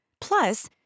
Plus